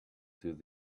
through